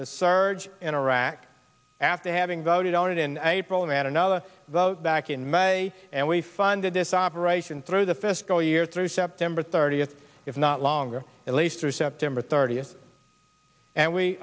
the surge in iraq after having voted on it in april and another back in may and we funded this operation through the fiscal year through september thirtieth if not longer at least through september thirtieth and we